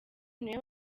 niwe